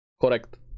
Correct